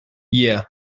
yeah